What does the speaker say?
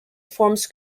forms